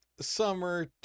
summer